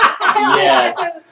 Yes